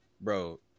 bro